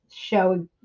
Show